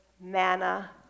manna